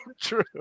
true